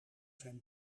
zijn